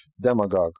demagogue